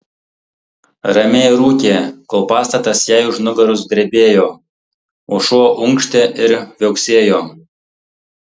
ramiai rūkė kol pastatas jai už nugaros drebėjo o šuo unkštė ir viauksėjo